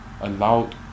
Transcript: allowed